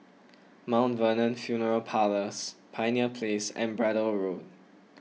Mount Vernon funeral Parlours Pioneer Place and Braddell Road